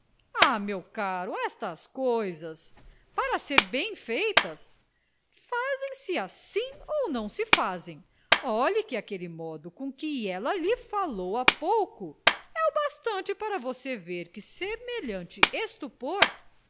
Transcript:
meu caro estas coisas para serem bem feiras fazem-se assim ou não se fazem olhe que aquele modo com que ela lhe falou há pouco é o bastante para você ver que semelhante estupor não